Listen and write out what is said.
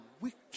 wicked